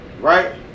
right